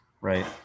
right